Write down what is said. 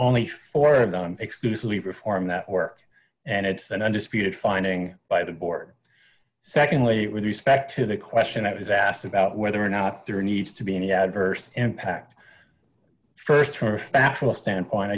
only four of them exclusively perform that work and it's an undisputed finding by the board secondly with respect to the question that was asked about whether or not there needs to be any adverse impact st from a factual standpoint